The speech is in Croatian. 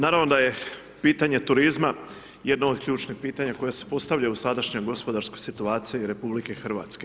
Naravno da je pitanje turizma jedno od ključnih pitanja koja se postavljaju u sadašnjoj gospodarskoj situaciji RH.